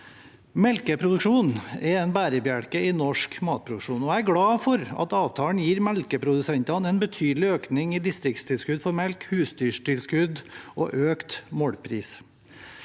Melkeproduksjon er en bærebjelke i norsk matproduksjon, og jeg er glad for at avtalen gir melkeprodusentene en betydelig økning i distriktstilskudd for melk, husdyrtilskudd og økt målpris.